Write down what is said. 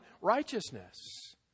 righteousness